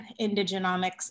Indigenomics